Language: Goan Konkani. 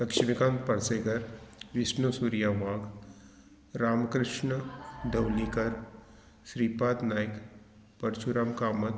लक्ष्मिकांत पार्सेकर विष्णू सुर्या वाघ रामकृष्ण धवळीकर श्रीपाद नायक परशुराम कामत